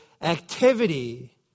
activity